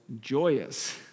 joyous